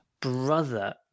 Brother